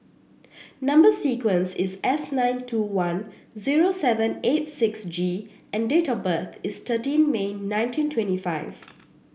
number sequence is S nine two one zero seven eight six G and date of birth is thirteen May nineteen twenty five